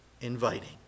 inviting